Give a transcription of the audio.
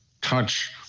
touch